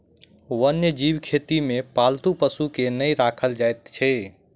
वन्य जीव खेती मे पालतू पशु के नै राखल जाइत छै